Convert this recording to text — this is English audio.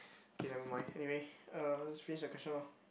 okay never mind anyway uh let's finish the question lor